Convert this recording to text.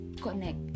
connect